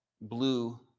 blue